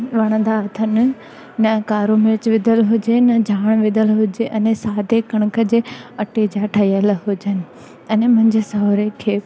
वणंदा अथनि न कारो मिर्च विधियलु हुजे न झाण विधियलु हुजे अने सादे कणक जे अटे जा ठहियलु हुजनि अने मुंहिंजे सहुरे खे